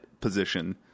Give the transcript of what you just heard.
position